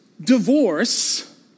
divorce